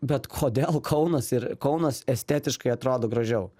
bet kodėl kaunas ir kaunas estetiškai atrodo gražiau